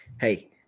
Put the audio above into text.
hey